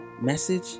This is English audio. message